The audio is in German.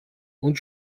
und